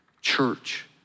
church